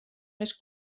més